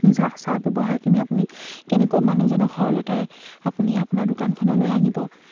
নিজৰ আচাৰ ব্যৱহাৰখিনি আপুনি কেনেকৈ মানুহজনক সৰলতাৰে আপুনি আপোনাৰ দোকানখনলৈ আনিব